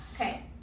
Okay